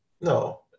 no